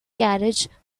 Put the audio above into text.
carriage